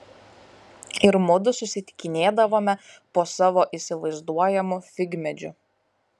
ir mudu susitikinėdavome po savo įsivaizduojamu figmedžiu